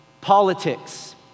politics